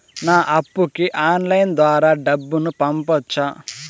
నా అప్పుకి ఆన్లైన్ ద్వారా డబ్బును పంపొచ్చా